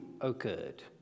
occurred